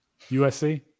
USC